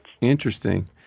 Interesting